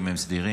הם סדירים,